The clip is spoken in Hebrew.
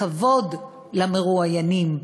כבוד למרואיינים.